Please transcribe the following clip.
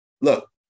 look